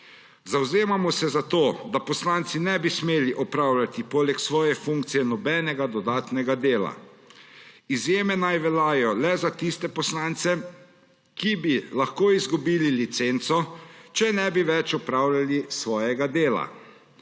Zavzemamo se za to, da poslanci ne bi smeli opravljati poleg svoje funkcije nobenega dodatnega dela. Izjeme naj veljajo le za tiste poslance, ki bi lahko izgubili licenco, če ne bi več opravljali svojega dela.